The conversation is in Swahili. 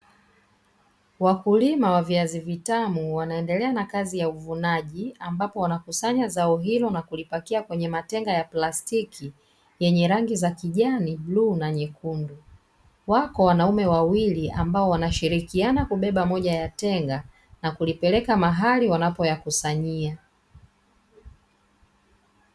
Wakulima wa viazi vitamu wanaendelea na kazi ya uvunaji, ambapo wanakusanya zao hilo na kulipakia kwenye matenga ya plastiki yenye rangi za kijani, bluu na nyekundu. Wapo wanaume wawili ambao wanashirikiana kubeba moja ya tenga na kulipeleka mahali wanapoyakusanyia.